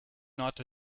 not